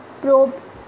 probes